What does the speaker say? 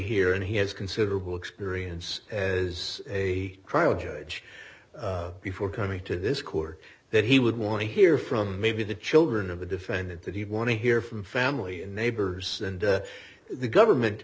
hear and he has considerable experience as a trial judge before coming to this court that he would want to hear from maybe the children of the defendant that he want to hear from family and neighbors and the government